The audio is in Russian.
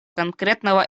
конкретного